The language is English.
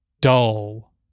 dull